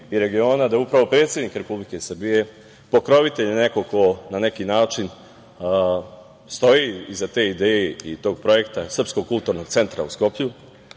i regiona da je upravo predsednik Republike Srbije pokrovitelj i neko ko na neki način stoji iza te ideje i tog projekta, Srpskog kulturnog centra u Skoplju.